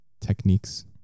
techniques